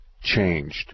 changed